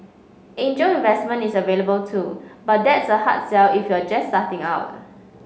angel investment is available too but that's a hard sell if you're just starting out